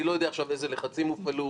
אני לא יודע עכשיו איזה לחצים הופעלו,